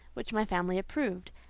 which my family approved.